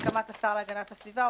בהסכמת השר להגנת הסביבה,